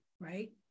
right